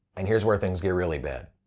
and here's where things get really bad.